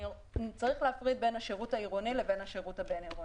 צריך להפריד בין השירות העירוני לבין השירות הבין-עירוני.